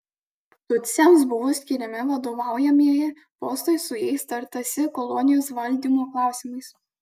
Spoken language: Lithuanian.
tutsiams buvo skiriami vadovaujamieji postai su jais tartasi kolonijos valdymo klausimais